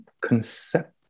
concept